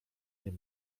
nie